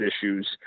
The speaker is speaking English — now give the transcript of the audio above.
issues